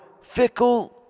fickle